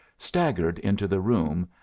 staggered into the room,